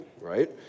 right